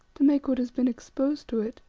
to make what has been exposed to it,